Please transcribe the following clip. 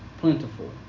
plentiful